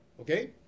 okay